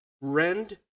Rend